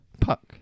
Puck